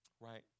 right